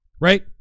right